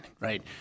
right